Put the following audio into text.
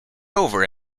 over